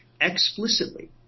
Explicitly